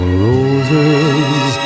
roses